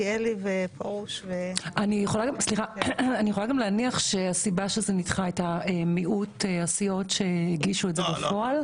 אני יכולה להניח שהסיבה שזה נדחה מיעוט הסיעות שהגישו בפועל?